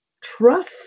trust